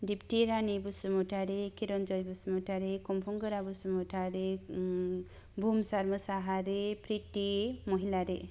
Deepti Rani Basumatary Khiranjay Basumatary Khungphung Gora Basumatary Om Bhumsar Mushahary Priti Mohilary